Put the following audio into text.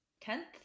Tenth